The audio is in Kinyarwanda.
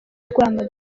rwamagana